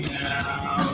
now